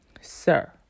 sir